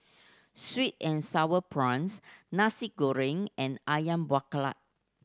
sweet and Sour Prawns Nasi Goreng and Ayam Buah Keluak